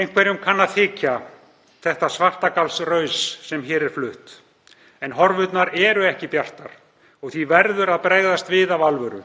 Einhverjum kann að þykja þetta svartagallsraus sem hér er flutt, en horfurnar eru ekki bjartar og því verður að bregðast við af alvöru.